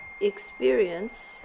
experience